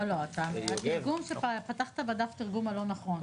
לא, לא, התרגום שלך, פתחת בדף התרגום הלא נכון.